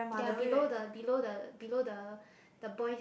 ya below the below the below the the boys